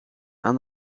aan